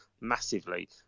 massively